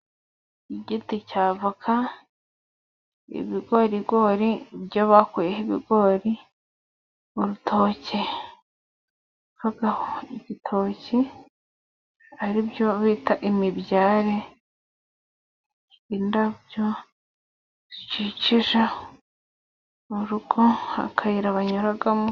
Igiti cya avoka, ibigorigori byo bakuyeho ibigori, urutoke, rubaho ibitoki ari byo bita imibyare, indabyo zikikije mu rugo, akayira banyuramo.